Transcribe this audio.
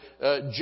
judge